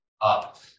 up